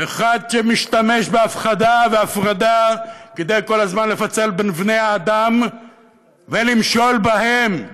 אחד שמשתמש בהפחדה והפרדה כדי כל הזמן לפצל בין בני-האדם ולמשול בהם.